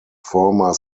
former